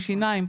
עם שיניים.